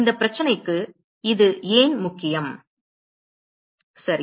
இந்த பிரச்சனைக்கு இது ஏன் முக்கியம் சரி